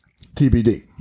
TBD